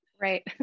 Right